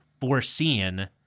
foreseen